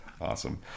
Awesome